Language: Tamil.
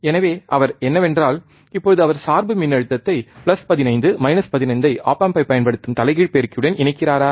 எனவே அவர் என்னவென்றால் இப்போது அவர் சார்பு மின்னழுத்தத்தை பிளஸ் 15 மைனஸ் 15 ஐ ஒப் ஆம்பைப் பயன்படுத்தும் தலைகீழ் பெருக்கியுடன் இணைக்கிறாரா